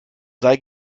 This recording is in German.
sei